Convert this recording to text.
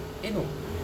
eh no